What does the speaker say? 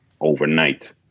overnight